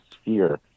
sphere